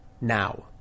now